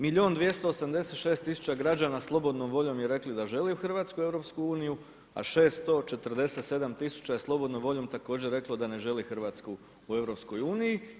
Milijun i 286 tisuća građa slobodnom voljom je reklo da želi Hrvatsku u EU-u, a 647 tisuća je slobodnom voljom također reklo da ne želi Hrvatsku u EU-u.